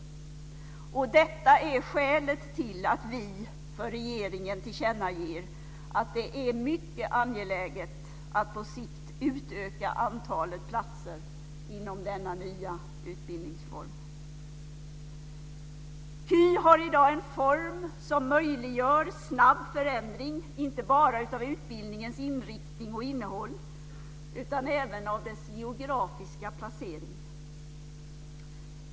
Detta är skälet till att vi för regeringen tillkännager att det är mycket angeläget att på sikt utöka antalet platser inom denna nya utbildningsform. KY har i dag en form som möjliggör snabb förändring, inte bara av utbildningens inriktning och innehåll utan även av dess geografiska placering.